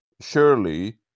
surely